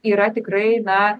yra tikrai na